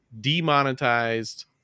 demonetized